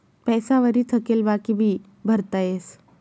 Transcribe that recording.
पैसा वरी थकेल बाकी भी भरता येस